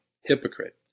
Hypocrite